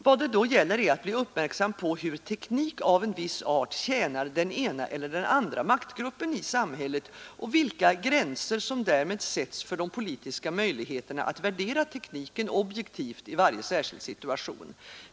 Vad det då gäller är att bli uppmärksam på hur teknik av en viss art tjänar den ena eller den andra maktgruppen i samhället och vilka gränser som därmed sätts för de politiska möjligheterna att värdera tekniken objektivt i varje särskild situation.